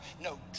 no